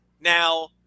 now